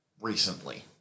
recently